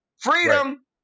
Freedom